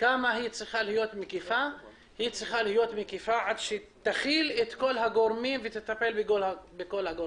היא צריכה להיות מקיפה עד שתכיל את כל הגורמים ותטפל בהם.